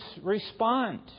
respond